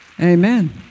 Amen